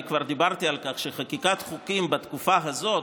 אני כבר דיברתי על כך שחקיקת חוקים בתקופה הזאת,